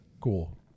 Cool